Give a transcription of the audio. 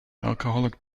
alcoholic